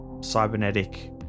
cybernetic